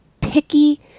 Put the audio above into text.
picky